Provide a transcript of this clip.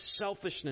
selfishness